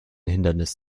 hindernis